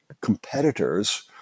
competitors